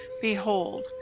Behold